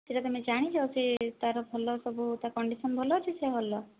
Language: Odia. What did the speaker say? ସେଇଟା ତୁମେ ଜାଣିଛ ସେ ତାର ଭଲ ସବୁ ତା କଣ୍ଡିସନ ଭଲ ଅଛି ସେ ହଲର